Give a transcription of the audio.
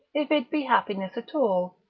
if it be happiness at all.